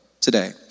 today